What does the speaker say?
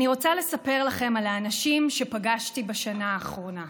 אני רוצה לספר לכם על האנשים שפגשתי בשנה האחרונה,